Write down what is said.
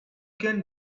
can